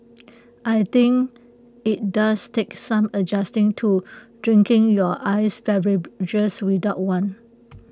I think IT does take some adjusting to drinking your iced beverages without one